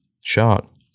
shot